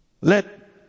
Let